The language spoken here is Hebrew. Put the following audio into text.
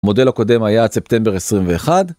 מודל הקודם היה ספטמבר 21.